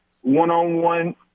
one-on-one